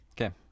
Okay